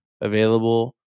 available